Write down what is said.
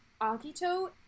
Akito